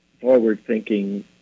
forward-thinking